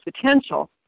potential